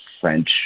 french